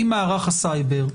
עם מערך הסייבר,